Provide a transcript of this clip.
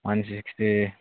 one sixty